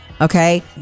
Okay